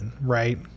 Right